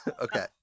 Okay